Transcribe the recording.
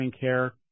care